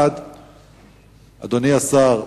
1. אדוני השר,